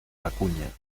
acuña